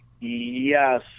yes